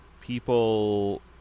people